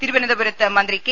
തിരുവനന്തപുരത്ത് മന്ത്രി കെ